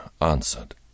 answered